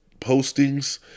postings